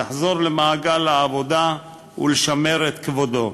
לחזור למעגל העבודה ולשמר את כבודו.